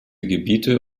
gebiete